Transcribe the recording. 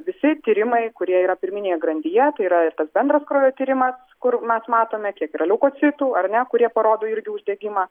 visi tyrimai kurie yra pirminėje grandyje tai yra ir tas bendras kraujo tyrimas kur mes matome kiek yra leukocitų ar ne kurie parodo irgi uždegimą